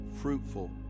fruitful